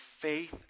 faith